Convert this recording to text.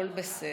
הכול בסדר.